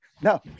No